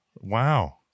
Wow